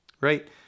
right